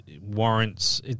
warrants